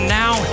now